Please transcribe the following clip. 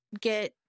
get